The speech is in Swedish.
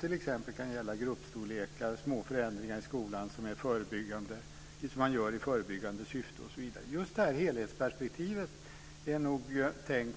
Det kan t.ex. gälla gruppstorlekar och små förändringar i skolan som man gör i förebyggande syfte. Det är nog tänkt